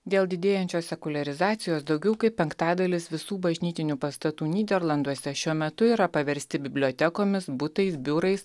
dėl didėjančios sekuliarizacijos daugiau kaip penktadalis visų bažnytinių pastatų nyderlanduose šiuo metu yra paversti bibliotekomis butais biurais